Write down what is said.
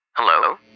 Hello